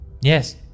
Yes